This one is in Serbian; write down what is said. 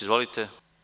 Izvolite.